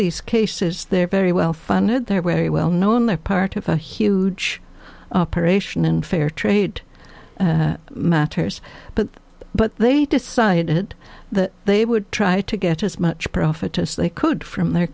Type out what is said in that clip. these cases they're very well funded they're wary well known they're part of a huge operation and fair trade matters but but they decided that they would try to get as much profit as they could from their